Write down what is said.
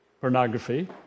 pornography